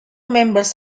members